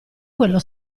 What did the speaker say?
quello